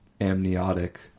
amniotic